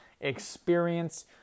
experience